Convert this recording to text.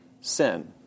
sin